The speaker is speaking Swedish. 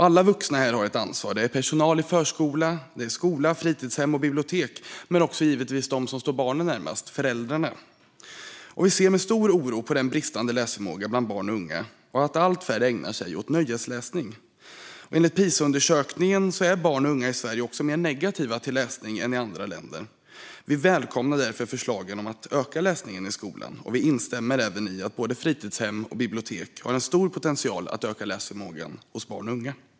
Alla vuxna har här ett ansvar: personal i förskola, skola, fritidshem och bibliotek, men givetvis också de som står barnen närmast, alltså föräldrarna. Vi ser med stor oro på den bristande läsförmågan bland barn och unga och att allt färre ägnar sig åt nöjesläsning. Enligt Pisaundersökningen är barn och unga i Sverige också mer negativa till läsning än i andra länder. Vi välkomnar därför förslagen om att öka läsningen i skolan. Vi instämmer även i att både fritidshem och bibliotek har en stor potential att öka läsförmågan hos barn och unga.